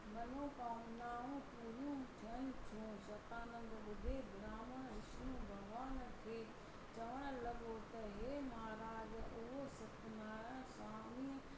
मनोकामनाऊं पूरियूं थियनि थियूं शतानंद ॿुढे ब्राहमण विष्नु भॻिवान खे चवणु लॻो त हे महाराज उहो सत्यनारायण स्वामीअ